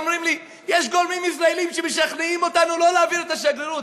אומרים לי: יש גורמים ישראליים שמשכנעים אותנו שלא להעביר את השגרירות,